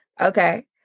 okay